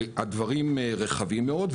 והדברים רחבים מאוד.